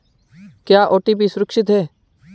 क्या ओ.टी.पी सुरक्षित है?